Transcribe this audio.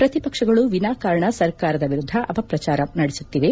ಪ್ರತಿಪಕ್ಷಗಳು ವಿನಾ ಕಾರಣ ಸರ್ಕಾರದ ವಿರುದ್ದ ಅಪಪ್ರಚಾರ ನಡೆಸುತ್ತಿವೆ